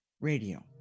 Radio